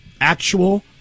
actual